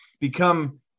become